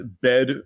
bed